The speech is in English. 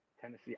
Tennessee